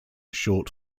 short